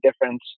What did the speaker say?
difference